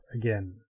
again